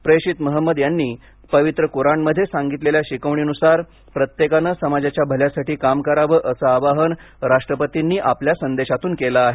प्रेषित महंमद यांनी पवित्र कुराणमध्ये सांगितलेल्या शिकवणीनुसार प्रत्येकानं समाजाच्या भल्यासाठी काम करावं असं आवाहन राष्ट्रपतींनी आपल्या संदेशातून केलं आहे